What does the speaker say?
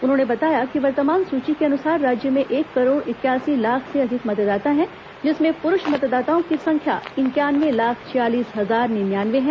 उन्होंने बताया कि वर्तमान सूची के अनुसार राज्य में एक करोड़ इकयासी लाख से अधिक मतदाता हैं जिसमें पुरुष मतदाताओं की संख्या इंक्यानवे लाख छियालीस हजार निन्यानवे है